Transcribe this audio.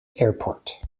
airport